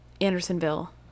andersonville